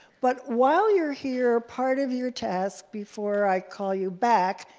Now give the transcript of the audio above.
but while you're here, part of your task, before i call you back,